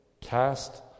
cast